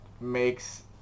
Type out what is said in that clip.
makes